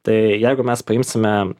tai jeigu mes paimsime